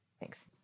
thanks